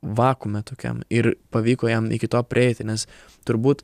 vakuume tokiam ir pavyko jam iki to prieiti nes turbūt